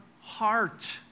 heart